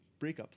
breakups